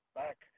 back